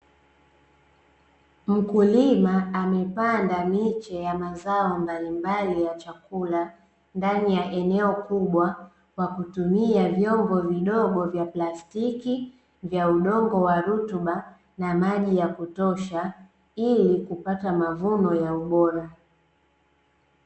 Mkulima amepanda miche ya mazao mbalimbali ya chakula ndani ya eneo kubwa kwa kutumia vyombo vidogo vya plastiki vya udongo wa rutuba na maji ya kutosha ili kupata mavuno ya ubora.